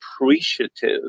appreciative